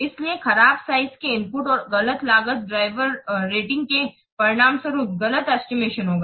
इसलिए खराब साइज़ के इनपुट और गलत लागत ड्राइवर रेटिंग के परिणामस्वरूप गलत एस्टिमेशन होगा